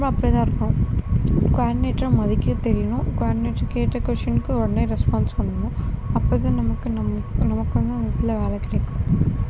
நம்ம அப்படியே தான் இருப்போம் குவாடினேட்டரை மதிக்கத் தெரியணும் குவாடினேட்டர் கேட்ட கொஸ்டினுக்கு உடனே ரெஸ்பான்ஸ் பண்ணணும் அப்போது தான் நமக்கு நம் நமக்கு வந்து அந்த இடத்துல வேலை கிடைக்கும்